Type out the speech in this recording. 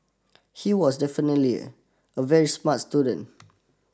he was definitely a very smart student